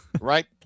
Right